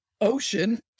ocean